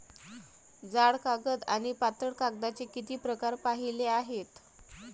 जाड कागद आणि पातळ कागदाचे किती प्रकार पाहिले आहेत?